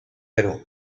perú